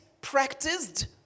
practiced